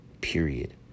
period